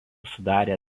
sudarė